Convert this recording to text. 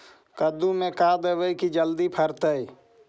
कददु मे का देबै की जल्दी फरतै?